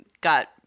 got